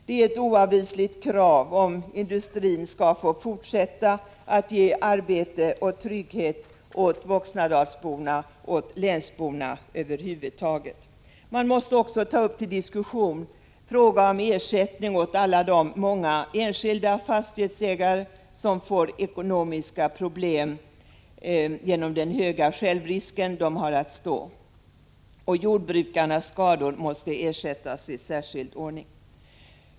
Det är ett oavvisligt krav, om industrin skall kunna fortsätta att ge arbete och trygghet åt voxnadalsborna och länsborna över huvud taget. 55 Man måste också ta upp till diskussion frågan om ersättning åt alla de många enskilda fastighetsägare som får ekonomiska problem genom den höga självrisk de har att stå. Jordbrukarnas skador måste vidare ersättas i särskild ordning.